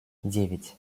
девять